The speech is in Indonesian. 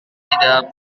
tidak